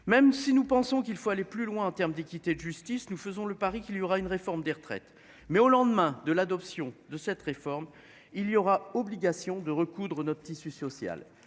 même si nous pensons qu'il faut aller plus loin en terme d'équité, de justice, nous faisons le pari qu'il y aura une réforme des retraites. Mais au lendemain de l'adoption de cette réforme, il y aura obligation de recoudre notre tissu social